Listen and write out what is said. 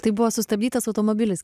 tai buvo sustabdytas automobilis